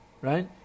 Right